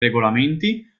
regolamenti